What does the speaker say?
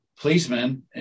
policemen